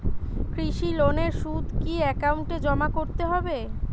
কৃষি লোনের সুদ কি একাউন্টে জমা করতে হবে?